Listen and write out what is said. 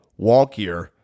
wonkier